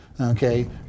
Okay